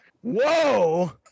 whoa